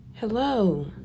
Hello